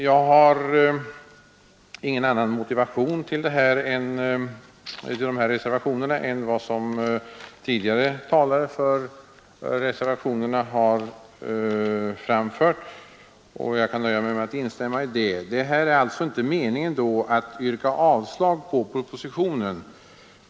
Jag har inga andra skäl att anföra för dessa reservationer än vad tidigare talesmän för dessa framfört, och jag kan nöja mig med att instämma i deras motiveringar. Vi vill inte yrka avslag på propositionen.